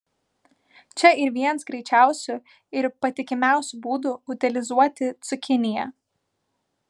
čia yr vienas greičiausių ir patikimiausių būdų utilizuoti cukiniją